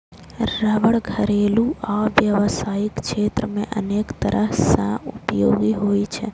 रबड़ घरेलू आ व्यावसायिक क्षेत्र मे अनेक तरह सं उपयोगी होइ छै